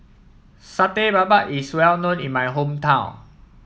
Satay Babat is well known in my hometown